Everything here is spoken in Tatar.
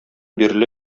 бирле